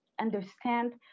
understand